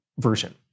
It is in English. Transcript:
version